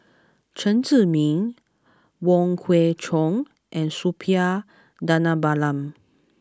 Chen Zhiming Wong Kwei Cheong and Suppiah Dhanabalan